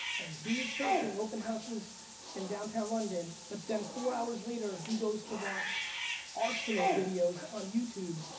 and he's searching open houses in downtown london, but then four hours later he goes to watch arsenal videos on youtube,